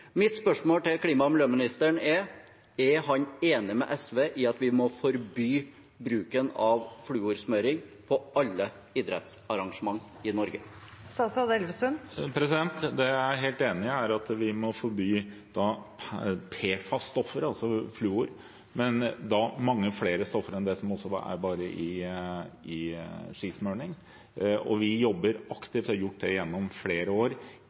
Mitt spørsmål til klima- og miljøministeren er: Er han enig med SV i at vi må forby bruken av fluorsmøring på alle idrettsarrangementer i Norge? Det jeg er helt enig i, er at vi må forby PFAS-stoffer, altså fluor, men da mange flere stoffer enn det som er bare i skismøring. Vi jobber aktivt, og har gjort det gjennom flere år,